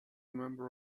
member